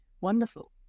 wonderful